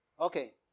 Okay